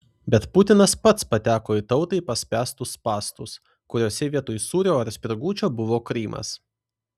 bet putinas pats pateko į tautai paspęstus spąstus kuriuose vietoj sūrio ar spirgučio buvo krymas